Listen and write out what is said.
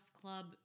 Club